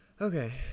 Okay